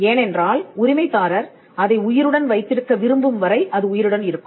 ஏனென்றால் உரிமைதாரர் அதை உயிருடன் வைத்திருக்க விரும்பும் வரை அது உயிருடன் இருக்கும்